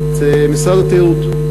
את משרד התיירות,